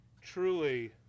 Truly